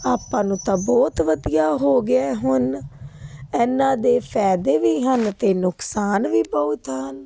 ਆਪਾਂ ਨੂੰ ਤਾਂ ਬਹੁਤ ਵਧੀਆ ਹੋ ਗਿਆ ਹੁਣ ਇਹਨਾਂ ਦੇ ਫਾਇਦੇ ਵੀ ਹਨ ਅਤੇ ਨੁਕਸਾਨ ਵੀ ਬਹੁਤ ਹਨ